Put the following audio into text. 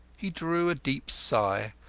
he drew a deep sigh,